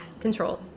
control